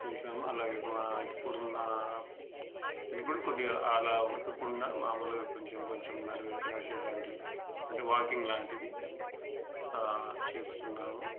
చూసాము అలాగే వా ఇప్పుడున్న ఇది కూడా కొద్దిగా అలా ఉరకకుండా మాములుగా కొంచెం కొంచెం నడివే నడిచేటువంటి అంటే వాకింగ్ లాంటిది చేస్తున్నాము